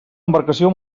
embarcació